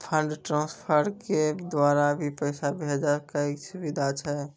Fund transfer के द्वारा भी पैसा भेजै के सुविधा छै?